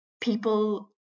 people